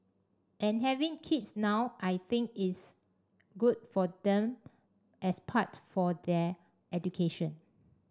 and having kids now I think it's good for them as part of their education